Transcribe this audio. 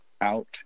out